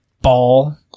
Ball